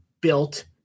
built